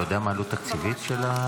אתה יודע מה העלות התקציבית המשוערת?